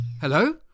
Hello